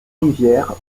rivière